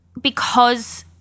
because-